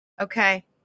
Okay